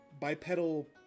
bipedal